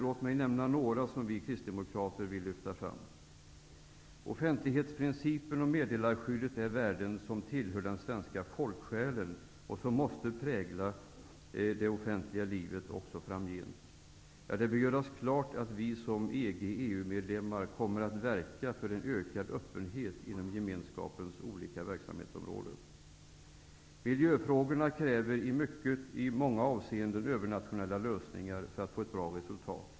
Låt mig nämna några som vi Kristdemokrater vill lyfta fram: 1. Offentlighetsprincipen och meddelarskyddet är värden som tillhör den svenska folksjälen och som måste prägla det offentliga livet också framgent. Ja, det bör göras klart att vi som EG/EU-medlemmar kommer att verka för en ökad öppenhet inom gemenskapens olika verksamhetsområden. 2. Miljöfrågorna kräver i många avseenden övernationella lösningar för att man skall nå bra resultat.